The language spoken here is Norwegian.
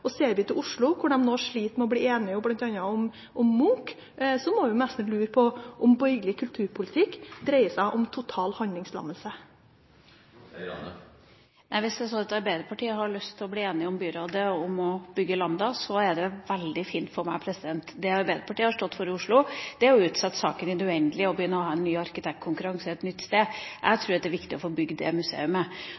Ser vi til Oslo, der de nå sliter med å bli enige om bl.a. Munch-museet, må vi nesten lure på om borgerlig kulturpolitikk dreier seg om total handlingslammelse. Hvis det er sånn at Arbeiderpartiet har lyst til å bli enig med byrådet om å bygge Lambda, er det veldig fint for meg. Det Arbeiderpartiet har stått for i Oslo, er å utsette saken i det uendelige og å ville ha en ny arkitektkonkurranse for et nytt sted. Jeg